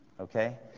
Okay